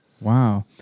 Wow